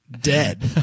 dead